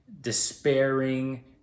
despairing